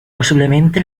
posiblemente